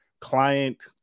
client